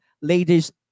Ladies